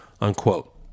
unquote